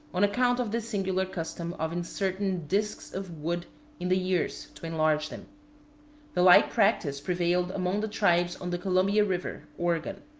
on account of this singular custom of inserting disks of wood in the ears to enlarge them the like practice prevailed among the tribes on the columbia river, oregon.